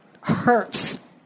hurts